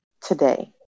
Today